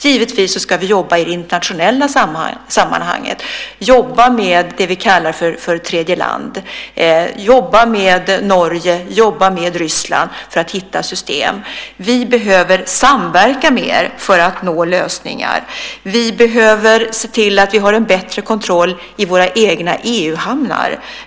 Givetvis ska vi jobba i det internationella sammanhanget och jobba med det som vi kallar för tredjeland, jobba med Norge och Ryssland för att hitta system. Vi behöver samverka mer för att nå lösningar. Vi behöver se till att vi har en bättre kontroll i våra egna EU-hamnar.